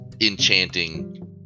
enchanting